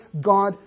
God